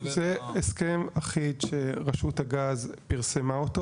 זה הסכם אחיד שרשות הגז פרסמה אותו,